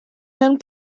mewn